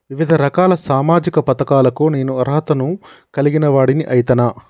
వివిధ రకాల సామాజిక పథకాలకు నేను అర్హత ను కలిగిన వాడిని అయితనా?